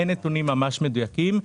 אין נתונים ממש מדויקים,